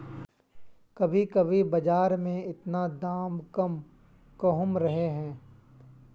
कभी कभी बाजार में इतना दाम कम कहुम रहे है?